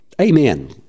Amen